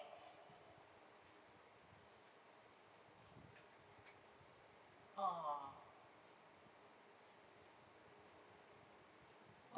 ah oh